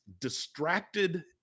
distracted